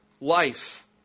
life